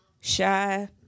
shy